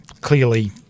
clearly